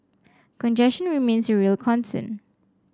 congestion remains a real concern